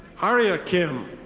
aria kim.